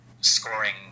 scoring